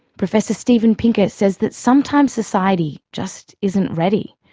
professor steven pinker says that sometimes society just isn't ready.